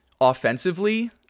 offensively